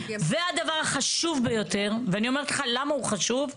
והדבר החשוב ביותר, ואני אומרת לך למה הוא חשוב?